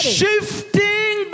shifting